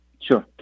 sure